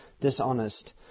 dishonest